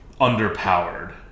underpowered